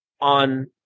on